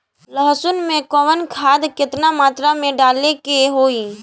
लहसुन में कवन खाद केतना मात्रा में डाले के होई?